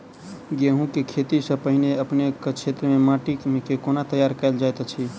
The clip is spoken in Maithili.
गेंहूँ केँ खेती सँ पहिने अपनेक केँ क्षेत्र मे माटि केँ कोना तैयार काल जाइत अछि?